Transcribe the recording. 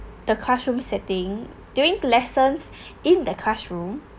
the classroom setting during lessons in that classroom